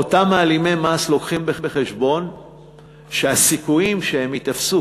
אותם מעלימי מס מביאים בחשבון שהסיכויים שהם ייתפסו,